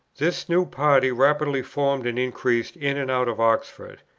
this new party rapidly formed and increased, in and out of oxford,